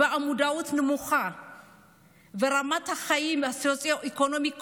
והמודעות נמוכה ורמת החיים הסוציו-אקונומית קובעת.